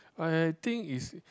I think is